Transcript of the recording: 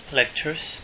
lectures